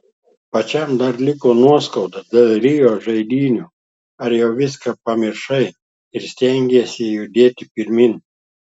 pačiam dar liko nuoskauda dėl rio žaidynių ar jau viską pamiršai ir stengiesi judėti pirmyn